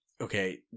Okay